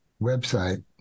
website